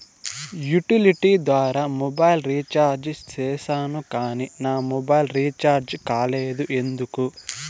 Utility ద్వారా mobile recharge సేసాను కానీ నా మొబైల్ రీచార్జి కాలేదు ఎందుకు?